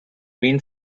been